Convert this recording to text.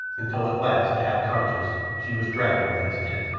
until at last, half-conscious, she was dragged within his tent.